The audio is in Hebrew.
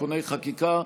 תיקוני חקיקה),